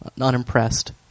unimpressed